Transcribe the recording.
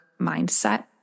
mindset